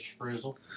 Frizzle